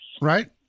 Right